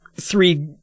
three